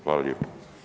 Hvala lijepo.